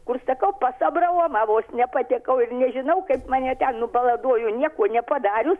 kur sakau pas abraomą vos nepatekau ir nežinau kaip mane ten nubaladojo nieko nepadarius